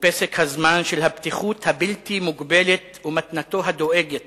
ופסק הזמן של הפתיחות הבלתי מוגבלת ומתנתו הדואגת